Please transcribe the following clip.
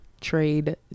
trade